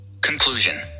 conclusion